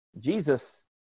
Jesus